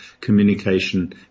communication